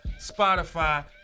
Spotify